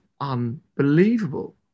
unbelievable